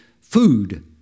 food